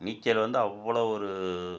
நீச்சல் வந்து அவ்வளோ ஒரு